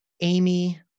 Amy